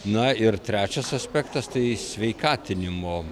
na ir trečias aspektas tai sveikatinimo